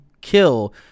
kill